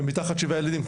למתחת שבעה ילדים,